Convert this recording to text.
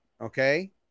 Okay